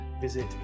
visit